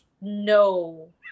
no